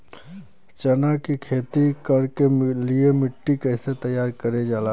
चना की खेती कर के लिए मिट्टी कैसे तैयार करें जाला?